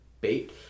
bait